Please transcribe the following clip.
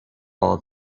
all